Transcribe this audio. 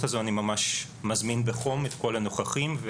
הזו אני ממש מזמין בחום את כל הנוכחים,